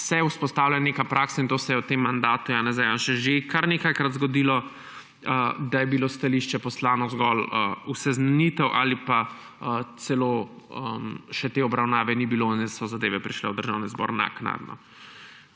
se vzpostavlja neka praksa, to se je v tem mandatu Janeza Janše že kar nekajkrat zgodilo, da je bilo stališče poslano zgolj v seznanitev ali pa celo še te obravnave ni bilo in so zadeve prišle v Državni zbor naknadno.